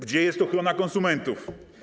Gdzie jest ochrona konsumentów?